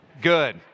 Good